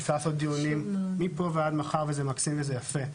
אפשר לעשות דיונים מפה ועד מחר וזה מקסים וזה יפה,